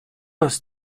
nas